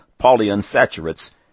polyunsaturates